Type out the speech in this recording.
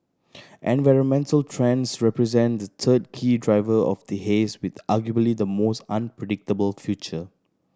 environmental trends represent the third key driver of the haze with arguably the most unpredictable future